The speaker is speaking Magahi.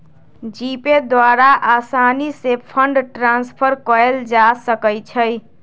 जीपे द्वारा असानी से फंड ट्रांसफर कयल जा सकइ छइ